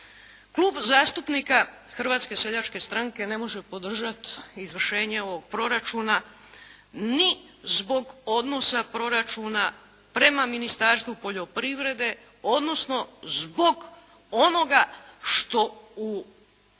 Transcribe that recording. Klub zastupnika Hrvatske seljačke stranke ne može podržat izvršenje ovog proračuna ni zbog odnosa proračuna prema Ministarstvu poljoprivrede odnosno zbog onoga što u